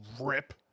rip